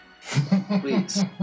please